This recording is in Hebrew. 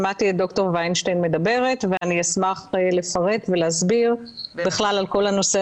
שמעתי את ד"ר ויינשטיין מדברת ואשמח לפרט ולהסביר בכלל על כל הנושא